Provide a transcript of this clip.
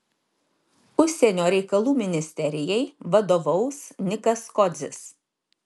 užsienio reikalų ministerijai vadovaus nikas kodzis